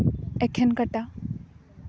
ᱮᱠᱷᱮᱱ ᱠᱟᱴᱟ